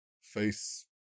face